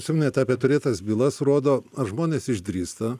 užsiminėt apie turėtas bylas rodo ar žmonės išdrįsta